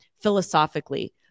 philosophically